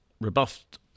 rebuffed